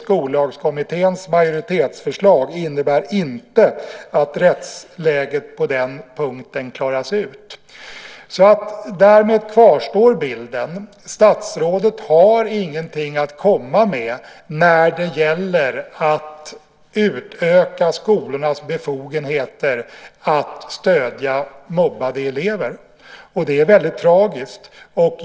Skollagskommitténs majoritetsförslag innebär inte att rättsläget på den punkten klaras ut. Därmed kvarstår bilden. Statsrådet har ingenting att komma med när det gäller att utöka skolornas befogenheter att stödja mobbade elever. Det är väldigt tragiskt.